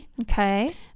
Okay